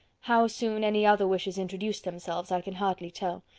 how soon any other wishes introduced themselves i can hardly tell,